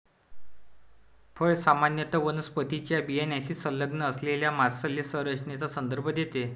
फळ सामान्यत वनस्पतीच्या बियाण्याशी संलग्न असलेल्या मांसल संरचनेचा संदर्भ देते